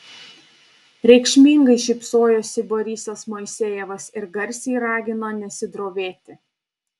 reikšmingai šypsojosi borisas moisejevas ir garsiai ragino nesidrovėti